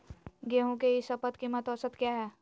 गेंहू के ई शपथ कीमत औसत क्या है?